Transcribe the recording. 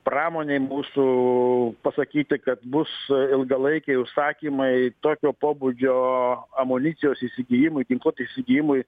pramonei mūsų pasakyti kad bus ilgalaikiai užsakymai tokio pobūdžio amunicijos įsigijimui ginkluotei įsigijimui